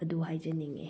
ꯑꯗꯨ ꯍꯥꯏꯖꯅꯤꯡꯏ